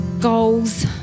goals